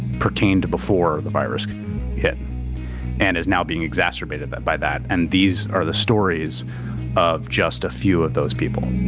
pertain to before the virus hit and is now being exacerbated but by that. and these are the stories of just a few of those people.